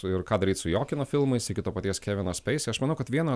ir ką daryt su jo kino filmais iki to paties kevino speisi aš manau kad vieno